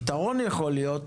פתרון יכול להיות: